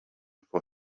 for